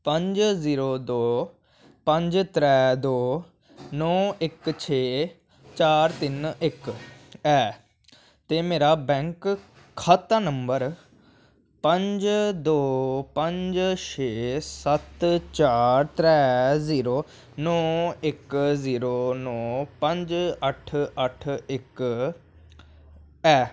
पंज जीरो दो पंज त्रैऽ दो नौ इक छेऽ चार तिन्न इक ऐ ते मेरा बैंक खाता नंबर पंज दो पंज छेऽ सत्त चार त्रैऽ जीरो नौ इक जीरो नौ पंज अट्ठ अट्ठ इक ऐ